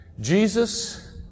Jesus